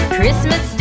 Christmas